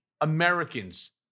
Americans